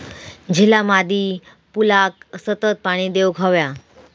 झिला मादी फुलाक सतत पाणी देवक हव्या